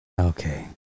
Okay